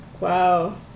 Wow